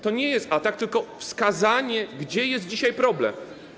To nie jest atak, tylko wskazanie, gdzie jest dzisiaj problem.